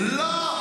לא.